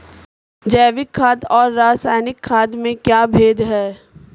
जैविक खाद और रासायनिक खाद में कोई भेद है?